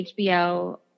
HBO